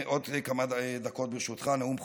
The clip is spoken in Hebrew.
עוד כמה דקות ברשותך, נאום בכורה.